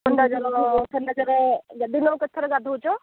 ଥଣ୍ଡା ଜ୍ଵର ଥଣ୍ଡା ଜ୍ଵର ଦିନକୁ କେତେ ଥରେ ଗାଧୋଉଛ